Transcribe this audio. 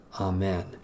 Amen